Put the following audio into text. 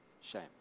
shame